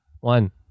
One